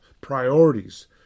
Priorities